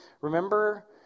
Remember